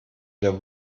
der